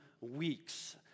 weeks